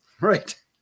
Right